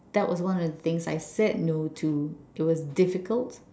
that was one of the things I said no to it was difficult